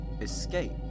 escape